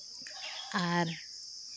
ᱟᱨ